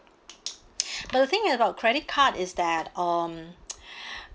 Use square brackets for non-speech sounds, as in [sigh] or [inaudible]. [breath] but the thing about credit card is that um [noise] [breath]